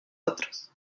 otros